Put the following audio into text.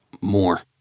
more